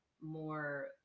more